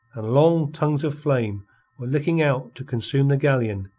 and long tongues of flame were licking out to consume the galleon,